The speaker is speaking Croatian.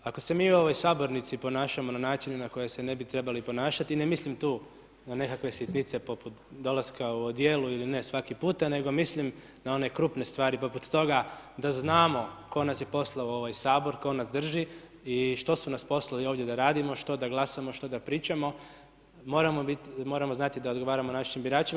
Ako se mi u ovoj sabornici ponašamo na način na koji se ne bi trebali ponašati, ne mislim tu na nekakve sitnice poput dolaska u odjelu ili ne svaki puta, nego mislim na one krupne stvari poput toga da znamo tko nas je poslao u ovaj Sabor, tko nas drži i što su nas poslali ovdje da radimo, što da glasamo, što da pričamo, moramo znati da odgovaramo našim biračima.